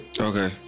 Okay